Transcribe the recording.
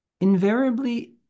invariably